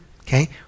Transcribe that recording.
okay